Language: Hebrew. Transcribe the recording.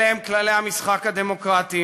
אלה הם כללי המשחק הדמוקרטיים,